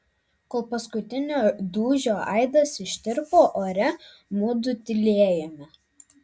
kol paskutinio dūžio aidas ištirpo ore mudu tylėjome